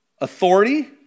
authority